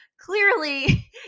clearly